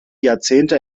jahrzehnte